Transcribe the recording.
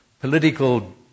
political